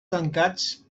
tancats